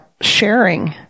sharing